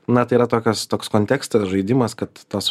na tai yra tokios toks kontekstas žaidimas kad tos